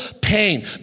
pain